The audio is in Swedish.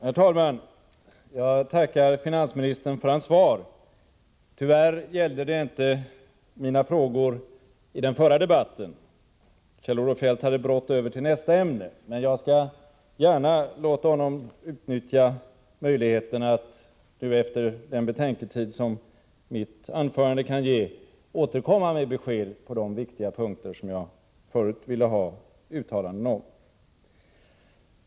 Herr talman! Jag tackar finansministern för hans svar. Tyvärr gällde det inte mina frågor i den förra debatten. Kjell-Olof Feldt hade brått över till nästa ämne, men jag skall gärna låta honom utnyttja möjligheten att nu efter den betänketid som mitt anförande kan ge återkomma med besked på de viktiga punkter som jag ville ha finansministerns uttalande om.